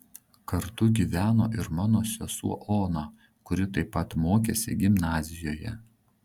kartu gyveno ir mano sesuo ona kuri taip pat mokėsi gimnazijoje